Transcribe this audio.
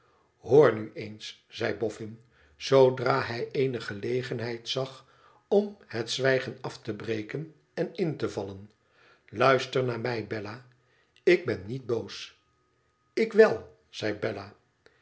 hoor nu eens zei boffin zoodra hij eene gelegenheid zag om het zwijgen af te breken en in te vallen i luister naar mij bella ik ben niet boos ik wel zei bella